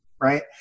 right